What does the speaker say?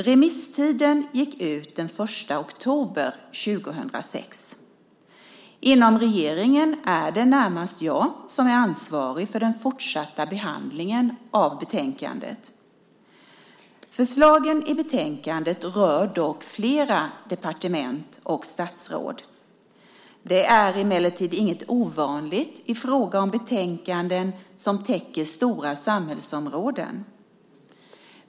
Remisstiden gick ut den 1 oktober 2006. Inom regeringen är det närmast jag som är ansvarig för den fortsatta behandlingen av betänkandet. Förslagen i betänkandet berör dock flera departement och statsråd. Detta är emellertid inget ovanligt i fråga om betänkanden som täcker stora samhällsområden.